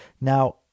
Now